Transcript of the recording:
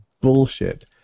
bullshit